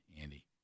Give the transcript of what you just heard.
Andy